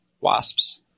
wasps